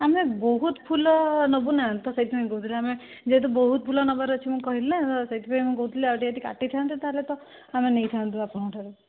ଆମେ ବହୁତ ଫୁଲ ନେବୁ ନା ତ ସେଇଥିପାଇଁ କହୁଥିଲି ଆମେ ଯେହେତୁ ବହୁତ ଫୁଲ ନେବାର ଅଛି ମୁଁ କହିଲି ନା ସେଇଥିପାଇଁ ମୁଁ କହୁଥିଲି ଆଉ ଟିକିଏ ଯଦି କାଟିଥାନ୍ତେ ତା'ହେଲେ ତ ଆମେ ନେଇଥାନ୍ତୁ ଆପଣଙ୍କଠାରୁ